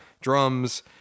drums